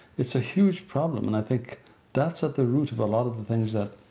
it's a huge problem, and i think that's at the root of a lot of the things that